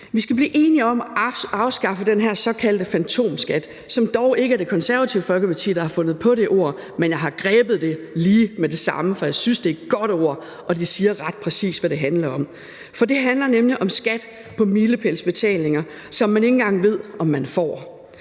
Vi skal blive enige om at afskaffe den her såkaldte fantomskat, og selv om det dog ikke er Det Konservative Folkeparti, der har fundet på det ord, har jeg grebet det lige med det samme, for jeg synes, det er et godt ord, og at det ret præcist siger, hvad det handler om. For det handler nemlig om skat på milepælsbetalinger, som man ikke engang ved om man får.